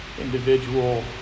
Individual